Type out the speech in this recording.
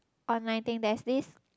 online thing there's this